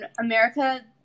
America